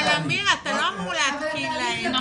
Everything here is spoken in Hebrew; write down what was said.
אבל אתה לא אמור להתקין להם.